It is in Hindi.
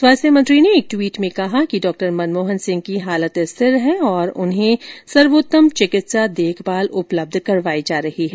स्वास्थ्य मंत्री एक ट्वीट में कहा कि डॉ मनमोहन सिंह की हालत रिथर है और उन्हें सर्वोत्तम चिकित्सा देखभाल उपलब्ध करवाई जा रही है